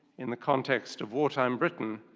in the context of wartime britain,